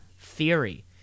theory